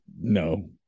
No